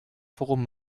forum